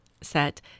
set